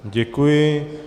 Děkuji.